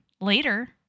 later